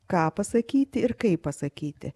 ką pasakyti ir kaip pasakyti